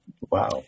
Wow